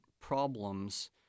problems